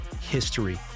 history